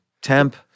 temp